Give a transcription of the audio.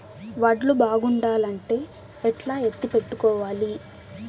వడ్లు బాగుండాలంటే ఎట్లా ఎత్తిపెట్టుకోవాలి?